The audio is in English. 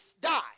die